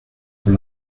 por